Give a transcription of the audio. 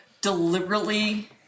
deliberately